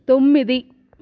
తొమ్మిది